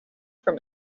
from